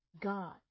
God